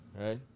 right